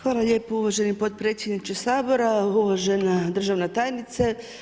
Hvala lijepo uvaženi podpredsjedniče Sabora, uvažena državna tajnice.